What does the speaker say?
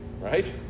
Right